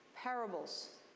Parables